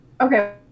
Okay